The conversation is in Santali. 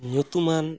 ᱧᱩᱛᱩᱢᱟᱱ